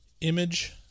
image